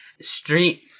street